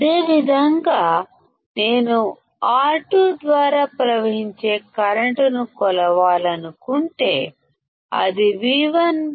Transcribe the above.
అదే విధంగా నేను R2 ద్వారా ప్రవహించే కరెంట్ ను కొలవాలనుకుంటే ఇది I2 తప్ప మరొకటి కాదు